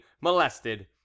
molested